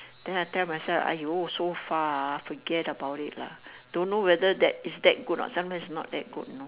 then I tell myself !aiyo! so far ah forget about it lah don't know whether that is that good or not sometimes not that good know